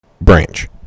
Branch